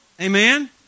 Amen